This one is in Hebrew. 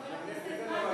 חבר הכנסת מקלב,